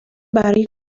برای